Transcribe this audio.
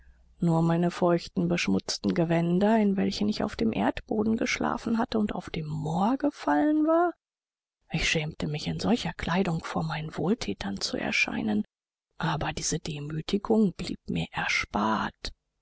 nur meine feuchten beschmutzten gewänder in welchen ich auf dem erdboden geschlafen hatte und auf dem moor gefallen war ich schämte mich in solcher kleidung vor meinen wohlthätern zu erscheinen aber diese demütigung blieb mir erspart